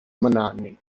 monotony